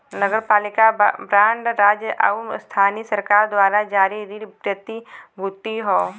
नगरपालिका बांड राज्य आउर स्थानीय सरकार द्वारा जारी ऋण प्रतिभूति हौ